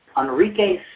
Enrique